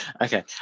Okay